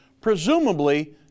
presumably